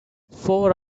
four